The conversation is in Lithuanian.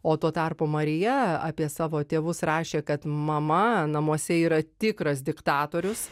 o tuo tarpu marija apie savo tėvus rašė kad mama namuose yra tikras diktatorius